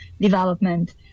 development